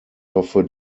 hoffe